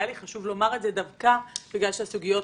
היה לי חשוב לומר את זה דווקא בגלל שהסוגיות